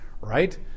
Right